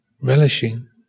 relishing